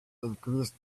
increased